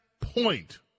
point